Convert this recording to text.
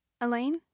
Elaine